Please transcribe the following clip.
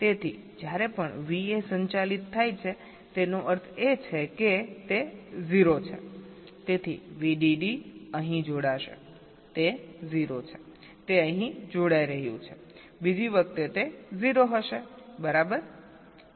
તેથી જ્યારે પણ VA સંચાલિત થાય છેતેનો અર્થ એ છે કે તે 0 છે તેથી VDD અહીં જોડાશે તે 0 છે તે અહીં જોડાઈ રહ્યું છે બીજી વખતે તે 0 હશે બરાબર